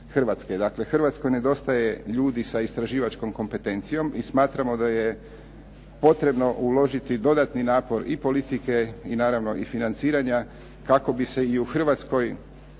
Hrvatskoj nedostaje ljudi sa istraživačkom kompetencijom i smatramo da je potrebno uložiti dodatni napor i politike i naravno i financiranja kako bi se i u Hrvatskoj